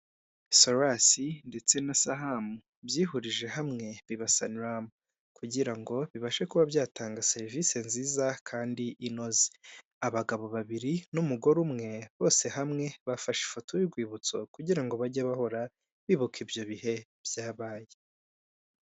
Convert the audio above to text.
Sorasi ndetse na Sahamu byihurije hamwe biba Saniramu kugira ngo bibashe kuba byatanga serivisi nziza kandi inoze, abagabo babiri n'umugore umwe bose hamwe bafashe ifoto y'urwibutso, kugira ngo bajye bahora bibuka ibyo bihe byabaye.